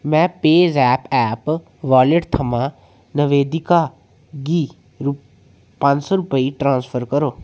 मेरे PayZapp app wallet थमां नवेदिका गी पंज सौ रुपये ट्रांसफर करो